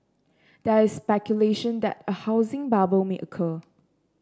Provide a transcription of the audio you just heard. there is speculation that a housing bubble may occur